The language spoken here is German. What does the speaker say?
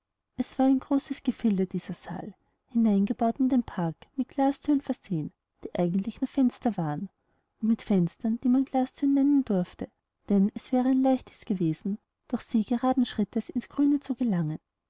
es war ein großes gefilde dieser saal hineingebaut in den park mit glasthüren versehen die eigentlich nur fenster waren und mit fenstern die man glasthüren nennen durfte denn es wäre ein leichtes gewesen durch sie geraden schrittes in's grüne zu gelangen